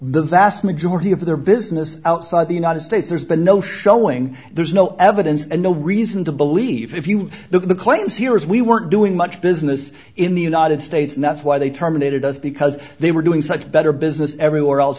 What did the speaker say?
the vast majority of their business outside the united states there's been no showing there's no evidence and no reason to believe if you look at the claims here is we weren't doing much business in the united states and that's why they terminated us because they were doing such better business everywhere else